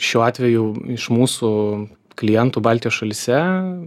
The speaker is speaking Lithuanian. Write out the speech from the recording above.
šiuo atveju iš mūsų klientų baltijos šalyse